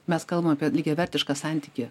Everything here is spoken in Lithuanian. mes kalbam apie lygiavertišką santykį